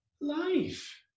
life